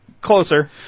closer